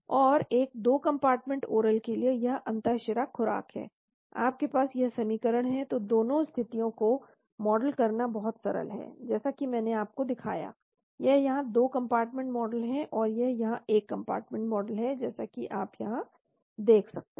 और एक 2 compartment oral के लिए यह अंतःशिरा खुराक है आपके पास यह समीकरण है तो दोनों स्थितियों को मॉडल करना बहुत सरल है जैसा कि मैंने आपको दिखाया यह यहां 2 कंपार्टमेंट मॉडल है और यह यहां एक कंपार्टमेंट मॉडल है जैसा कि आप यहाँ देख सकते हैं